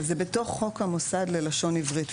זה בתוך חוק המוסד ללשון עברית,